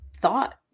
thought